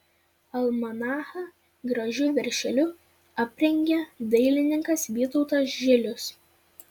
almanachą gražiu viršeliu aprengė dailininkas vytautas žilius